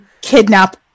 kidnap